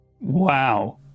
Wow